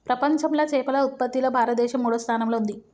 ప్రపంచంలా చేపల ఉత్పత్తిలా భారతదేశం మూడో స్థానంలా ఉంది